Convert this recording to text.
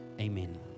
amen